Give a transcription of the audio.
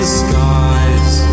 skies